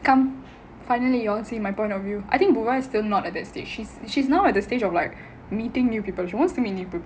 come finally you see my point of view I think dhurga is still not at that stage she's she's now at the stage of like meeting new people she wants to meet new people lah